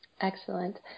Excellent